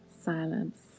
silence